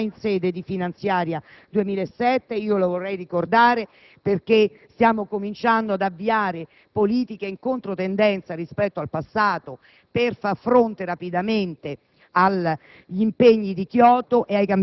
Questo Governo e questa maggioranza già con la legge finanziaria per il 2007 - lo vorrei ricordare perché stiamo cominciando ad avviare politiche in controtendenza rispetto al passato per far fronte rapidamente